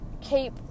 keep